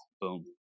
Boom